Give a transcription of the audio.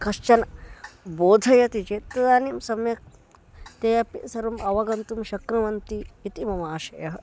कश्चन बोधयति चेत् तदानीं सम्यक् ते अपि सर्वम् अवगन्तुं शक्नुवन्ति इति मम आशयः